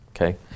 okay